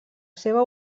seva